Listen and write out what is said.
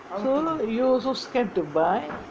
so long you also scared to buy